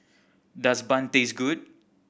does bun taste good